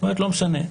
היא אומרת: לא משנה,